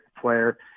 player